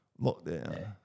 lockdown